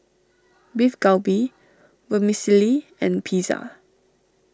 Beef Galbi Vermicelli and Pizza